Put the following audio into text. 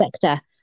sector